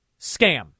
scam